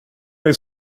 dig